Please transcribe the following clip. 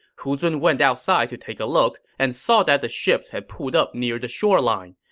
hu zun went outside to take a look and saw that the ships had pulled up near the shoreline,